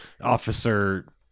officer